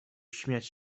śmiać